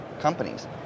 companies